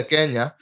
Kenya